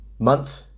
month